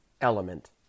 element